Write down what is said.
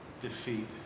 defeat